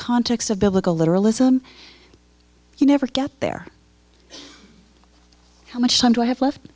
context of biblical literalism you never get there how much time do i have left